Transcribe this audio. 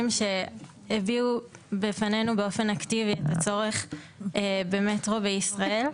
שהביאו בפנינו באופן אקטיבי את הצורך במטרו בישראל.